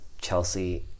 Chelsea